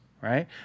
right